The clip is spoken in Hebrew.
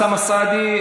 אוסאמה סעדי,